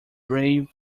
brave